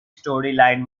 storyline